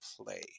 play